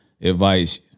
advice